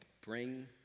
bring